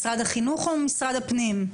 משרד החינוך או משרד הפנים?